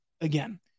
again